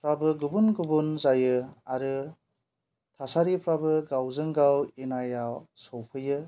फ्राबो गुबुन गुबुन जायो आरो थासारिफ्राबो गावजों गाव इनायाव सहैयो